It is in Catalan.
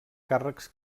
càrrecs